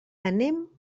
anem